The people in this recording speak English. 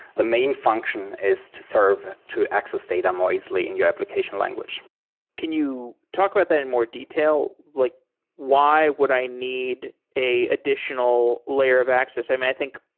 the main function is to serve to access data noisily in your application language can you talk about that in more detail? like why would i need an additional layer of access? i mean, i think,